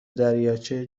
دریاچه